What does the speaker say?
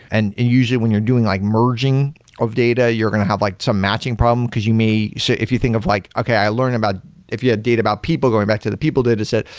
and and usually, when you're doing like merging of data, you're going to have like some matching problem, because you may so if you think of like, okay. i learned about if have data about people, going back to the people dataset,